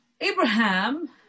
Abraham